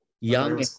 Young